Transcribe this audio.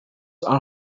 are